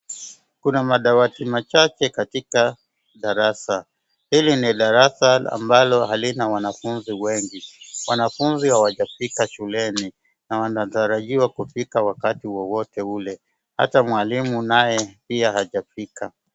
Kuna madawati machache katika darasa. Ili ni darasa ambalo halina wanafunzi wengi. Wanafunzi hawajafika shuleni na wanatarajiwa kufika wakati wowote ule. Ata mwalimu naye pia hajafika.